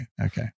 Okay